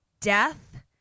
death